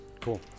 Cool